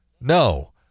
no